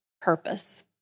purpose